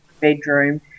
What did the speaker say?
bedroom